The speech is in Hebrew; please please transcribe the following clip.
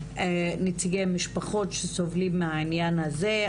נציגי משפחות שסובלים מהעניין הזה,